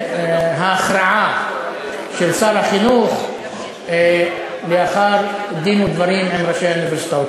ולהכרעה של שר החינוך לאחר דין ודברים עם ראשי האוניברסיטאות.